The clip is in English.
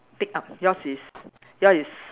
tick up yours is your is